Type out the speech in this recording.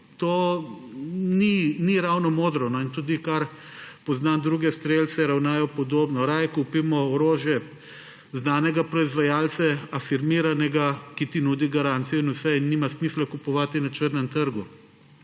To ni ravno modro. Tudi kar poznam druge strelce, ravnajo podobno. Raje kupimo orožje znanega proizvajalca, afirmiranega, ki ti nudi garancijo in vse, nima smisla kupovati na črnem trgu.